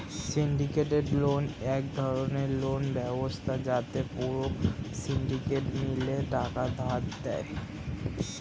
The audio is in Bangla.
সিন্ডিকেটেড লোন এক ধরণের লোন ব্যবস্থা যাতে পুরো সিন্ডিকেট মিলে টাকা ধার দেয়